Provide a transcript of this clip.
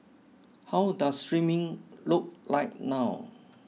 how does streaming look like now